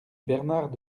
bernard